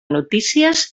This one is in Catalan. notícies